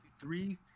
three